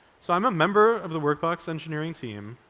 so i'm a member of the workbox engineering team,